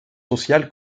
sociales